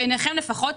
בעיניכם לפחות,